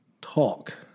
talk